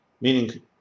Meaning